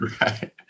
Right